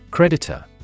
Creditor